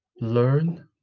learn